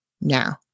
Now